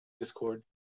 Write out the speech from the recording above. Discord